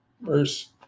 Verse